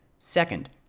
Second